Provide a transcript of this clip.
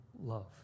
love